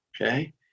okay